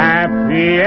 Happy